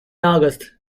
august